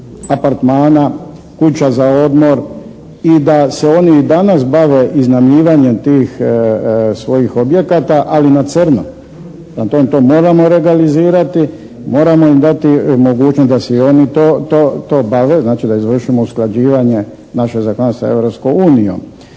apartmana, kuća za odmor i da se oni i danas bave iznajmljivanjem tih svojih objekata ali na crno. Prema tome to moramo legalizirati, moramo im dati mogućnost da si i oni to, to obave znači da izvršimo usklađivanje našeg zakonodavstva